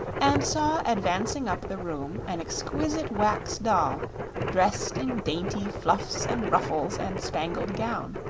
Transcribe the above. and saw advancing up the room an exquisite wax doll dressed in dainty fluffs and ruffles and spangled gown.